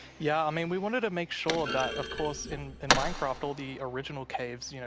yeah, i mean, we wanted to make sure that, of course, in and minecraft, all the original caves, you know